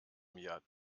mir